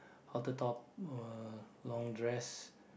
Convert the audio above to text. outer top uh long dress